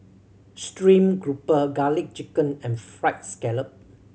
stream grouper Garlic Chicken and Fried Scallop